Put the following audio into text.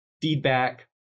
feedback